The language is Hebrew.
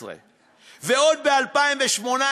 ועוד, ב-2018,